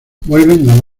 vuelven